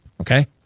okay